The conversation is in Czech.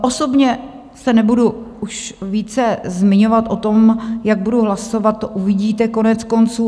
Osobně se nebudu už více zmiňovat o tom, jak budu hlasovat, to uvidíte koneckonců.